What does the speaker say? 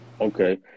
okay